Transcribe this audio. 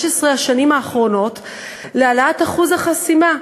השנים האחרונות להעלאת אחוז החסימה.